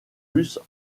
russes